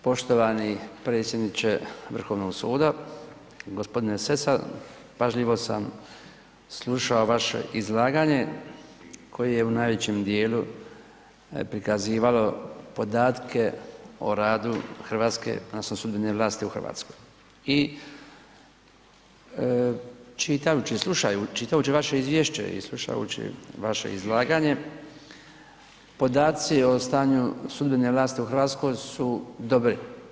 Poštovani predsjedniče Vrhovnog suda g. Sesa, pažljivo sam slušao vaše izlaganje koje je u najvećem djelu prikazivalo podatke o radu Hrvatske odnosno sudbene vlasti u Hrvatskoj i čitajući, slušajući, čitajući vaše izvješće i slučajući vaše izlaganje, podaci o stanju sudbene vlasti u Hrvatskoj su dobri.